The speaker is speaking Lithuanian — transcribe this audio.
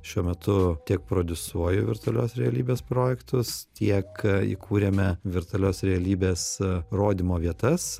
šiuo metu tiek prodiusuoju virtualios realybės projektus tiek įkūrėme virtualios realybės rodymo vietas